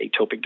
atopic